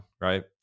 right